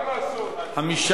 (תיקון מס'